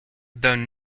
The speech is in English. though